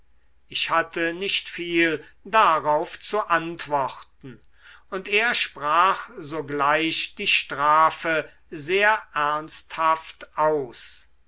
ich hatte nicht viel darauf zu antworten und er sprach sogleich die strafe sehr ernsthaft aus